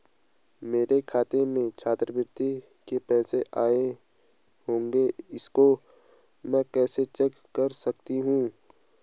मेरे खाते में छात्रवृत्ति के पैसे आए होंगे इसको मैं कैसे चेक कर सकती हूँ?